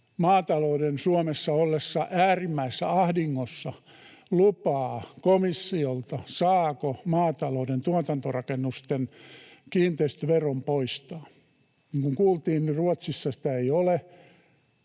maatalouden ollessa Suomessa äärimmäisessä ahdingossa lupaa komissiolta, saako maatalouden tuotantorakennusten kiinteistöveron poistaa. Niin kuin kuultiin, Ruotsissa sitä ei ole,